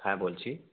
হ্যাঁ বলছি